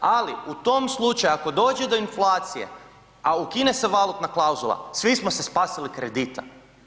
Ali u tom slučaju ako dođe do inflacije, a ukine se valutna klauzula svi smo se spasili kredita.